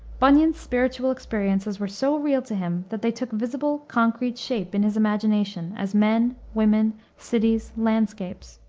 bunyan's spiritual experiences were so real to him that they took visible concrete shape in his imagination as men, women, cities, landscapes.